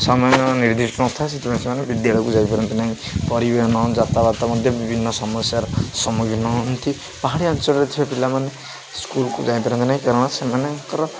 ସମାନ ନିର୍ଦ୍ଧିଷ୍ଟ ନଥାଏ ସେଥିପାଇଁ ସେମାନେ ବିଦ୍ୟାଳୟକୁ ଯାଇପାରନ୍ତି ନାହିଁ ପରିବହନ ମଧ୍ୟ ବିଭିନ୍ନ ସମସ୍ୟାର ସମ୍ମୁଖୀନ ହୁଅନ୍ତି ପାହାଡ଼ିଆ ଅଞ୍ଚଳରେ ଥିବା ପିଲାମାନେ ସ୍କୁଲକୁ ଯାଇପାରନ୍ତି ନାହିଁ କାରଣ ସେମାନଙ୍କର